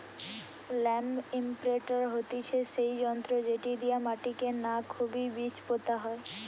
land ইমপ্রিন্টের হতিছে সেই যন্ত্র যেটি দিয়া মাটিকে না খুবই বীজ পোতা হয়